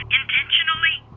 intentionally